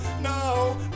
No